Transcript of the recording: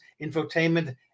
infotainment